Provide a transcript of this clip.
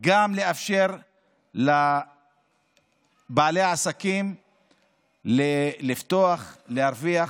גם לאפשר לבעלי העסקים לפתוח ולהרוויח,